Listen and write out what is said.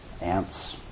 ants